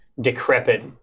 decrepit